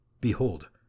Behold